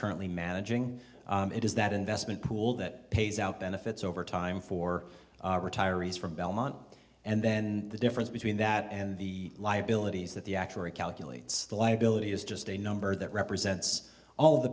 currently managing it is that investment pool that pays out benefits over time for retirees from belmont and then the difference between that and the liabilities that the actuary calculates the liability is just a number that represents all